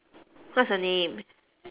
what's her name